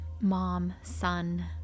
mom-son